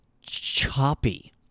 choppy